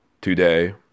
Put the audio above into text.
today